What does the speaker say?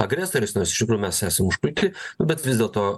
agresoriais nors iš tikrųjų mes esam užpulti bet vis dėlto